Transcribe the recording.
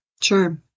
Sure